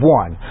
one